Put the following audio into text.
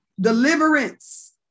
Deliverance